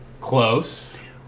Close